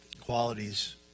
qualities